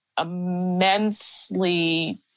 immensely